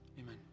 Amen